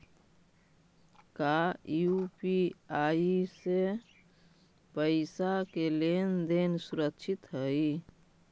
का यू.पी.आई से पईसा के लेन देन सुरक्षित हई?